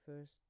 first